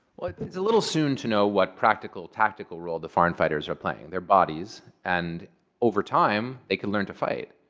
it's a little soon to know what practical, tactical role the foreign fighters are playing. they're bodies. and over time, they could learn to fight.